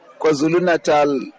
KwaZulu-Natal